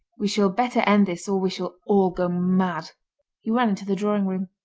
we shall better end this or we shall all go mad he ran into the drawing-room.